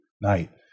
night